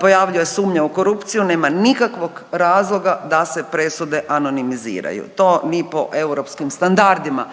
pojavljuje sumnja u korupciju, nema nikakvog razloga da se presude anonimiziraju. To ni po europskim standardima